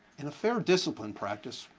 and a fair discipline practice,